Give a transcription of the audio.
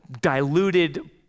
diluted